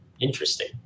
interesting